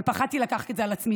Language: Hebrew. אבל פחדתי לקחת את זה על עצמי,